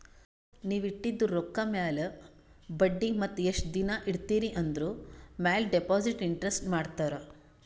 ನೀವ್ ಇಟ್ಟಿದು ರೊಕ್ಕಾ ಮ್ಯಾಲ ಬಡ್ಡಿ ಮತ್ತ ಎಸ್ಟ್ ದಿನಾ ಇಡ್ತಿರಿ ಆಂದುರ್ ಮ್ಯಾಲ ಡೆಪೋಸಿಟ್ ಇಂಟ್ರೆಸ್ಟ್ ಮಾಡ್ತಾರ